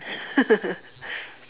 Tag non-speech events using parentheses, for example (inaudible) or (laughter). (laughs)